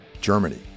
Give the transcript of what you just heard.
Germany